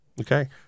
Okay